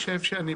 אדוני החשב,